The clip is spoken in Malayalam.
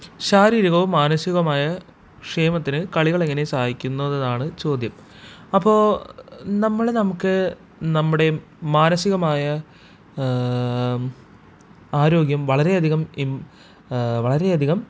ശാരീരികവും മാനസികവുമായ ക്ഷേമത്തിന് കളികൾ എങ്ങനെ സഹായിക്കുന്നതാണ് ചോദ്യം അപ്പോൾ നമ്മളെ നമുക്ക് നമ്മുടെയും മാനസികമായ ആരോഗ്യം വളരെയധികം വളരെയധികം